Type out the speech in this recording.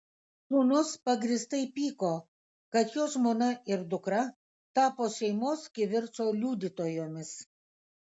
sūnus pagrįstai pyko kad jo žmona ir dukra tapo šeimos kivirčo liudytojomis